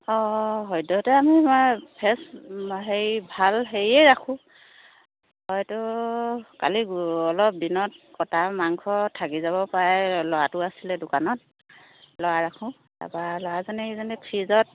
অঁ অঁ সদ্য়হতে আমি আমাৰ ফ্ৰেচ হেৰি ভাল হেৰিয়ে ৰাখোঁ হয়তো কালি অলপ দিনত কটা মাংস থাকি যাব পাৰে ল'ৰাটো আছিলে দোকানত ল'ৰা ৰাখোঁ তাৰপৰা ল'ৰাজনে কিজানি ফ্ৰীজত